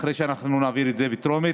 אחרי שאנחנו נעביר את זה בטרומית.